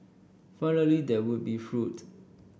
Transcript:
finally there would be fruit